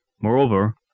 Moreover